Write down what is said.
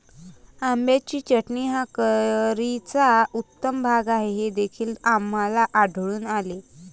आंब्याची चटणी हा करीचा उत्तम भाग आहे हे देखील आम्हाला आढळून आले